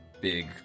big